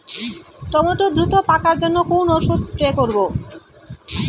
Tomato দ্রুত পাকার জন্য কোন ওষুধ স্প্রে করব?